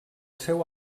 seu